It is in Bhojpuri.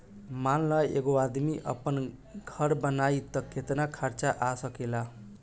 मान ल एगो आदमी आपन घर बनाइ त केतना खर्च आ सकेला